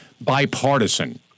bipartisan